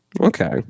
okay